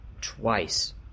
twice